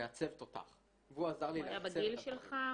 מעצב תותח -- הוא היה בגיל שלך?